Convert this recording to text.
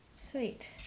Sweet